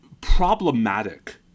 problematic